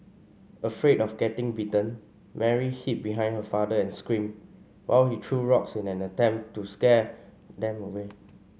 afraid of getting bitten Mary hid behind her father and screamed while he threw rocks in an attempt to scare them away